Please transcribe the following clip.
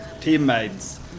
teammates